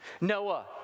Noah